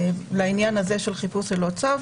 לעניין הזה של חיפוש ללא צו,